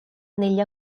negli